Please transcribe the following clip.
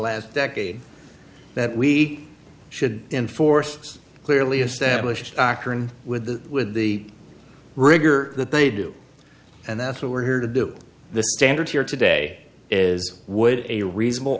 last decade that we should enforce clearly established doctrine with the with the rigor that they do and that's what we're here to do the standard here today is would a reasonable